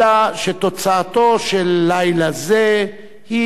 אלא שתוצאתו של לילה זה היא,